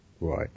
Right